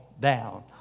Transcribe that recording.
down